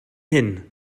hyn